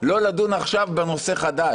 לא לדון עכשיו בנושא חדש.